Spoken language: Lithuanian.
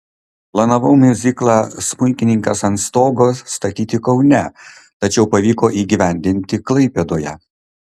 planavau miuziklą smuikininkas ant stogo statyti kaune tačiau pavyko įgyvendinti klaipėdoje